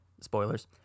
Spoilers